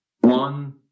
one